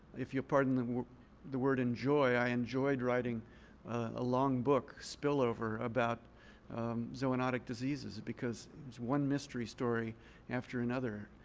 if you'll pardon the word the word enjoy, i enjoyed writing a long book spillover about zoonotic diseases because it's one mystery story after another.